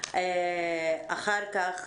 אחר כך